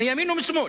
מימין ומשמאל,